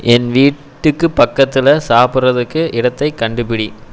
என் வீட்டுக்கு பக்கத்தில் சாப்பிடுறதுக்கு இடத்தைக் கண்டுபிடி